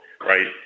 right